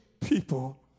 people